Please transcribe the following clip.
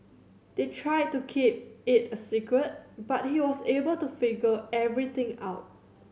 they tried to keep it a secret but he was able to figure everything out